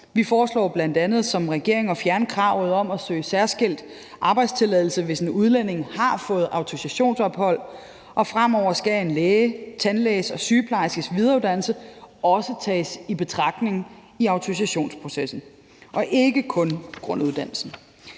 Vi foreslår som regering bl.a. at fjerne kravet om at søge særskilt arbejdstilladelse, hvis en udlænding har fået autorisationsophold, og fremover skal en læge, tandlæges og sygeplejerskes videreuddannelse også tages i betragtning i autorisationsprocessen og ikke kun grunduddannelsen.